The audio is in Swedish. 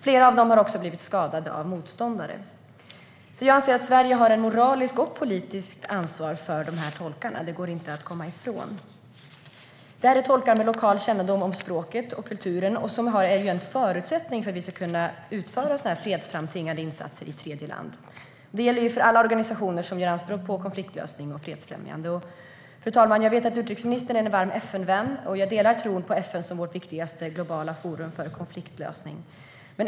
Flera av dem har också blivit skadade av motståndare. Jag anser att Sverige har ett moraliskt och politiskt ansvar för dessa tolkar; det går inte att komma ifrån. Det rör sig om tolkar med lokal kännedom om språket och kulturen, och de är en förutsättning för att vi ska kunna utföra fredsframtvingande insatser i tredjeland. Det gäller för alla organisationer som gör anspråk på att arbeta med konfliktlösning och fredsfrämjande. Fru talman! Jag vet att utrikesministern är en varm FN-vän, och jag delar hennes tro på FN som vårt viktigaste globala forum för konfliktlösning.